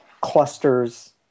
clusters